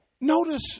notice